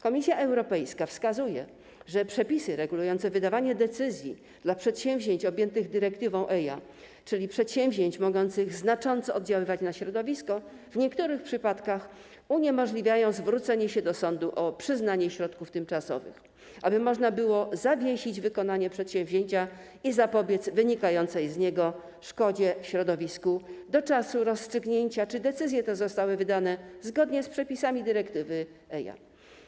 Komisja Europejska wskazuje, że przepisy regulujące wydawanie decyzji dla przedsięwzięć objętych dyrektywą EIA, czyli przedsięwzięć mogących znacząco oddziaływać na środowisko, w niektórych przypadkach uniemożliwiają zwrócenie się do sądu o przyznanie środków tymczasowych, aby można było zawiesić wykonanie przedsięwzięcia i zapobiec wynikającej z niego szkodzie w środowisku do czasu rozstrzygnięcia, czy decyzje te zostały wydane zgodnie z przepisami dyrektywy EIA.